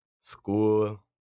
school